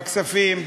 בכספים,